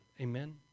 Amen